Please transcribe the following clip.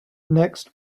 next